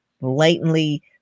blatantly